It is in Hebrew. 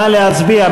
נא להצביע.